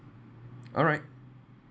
alright